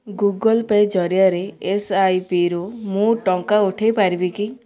Google Pay ଜରିଆରେ ଏସ୍ଆଇପିରୁ ମୁଁ ଟଙ୍କା ଉଠାଇପାରିବି କି